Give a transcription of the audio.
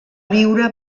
viure